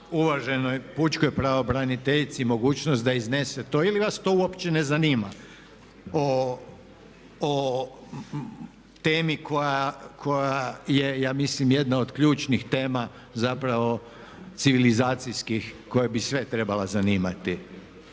uvaženoj pučkoj pravobraniteljici mogućnost da iznese to ili vas to uopće ne zanima o temi koja je ja mislim od ključnih tema zapravo civilizacijskih koja bi sve trebala zanimati.